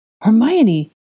Hermione